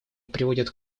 приводят